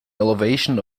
elevation